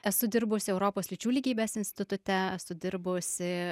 esu dirbusi europos lyčių lygybės institute esu dirbusi